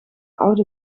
oude